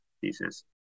pieces